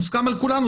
מוסכם על כולנו,